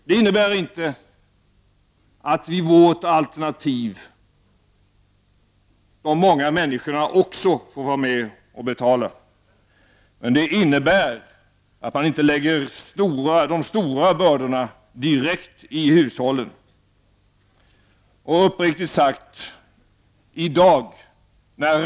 Vårt alternativ innebär inte att de många männi skorna inte får vara med och betala, men det innebär att de stora bördorna inte läggs direkt på hushållen.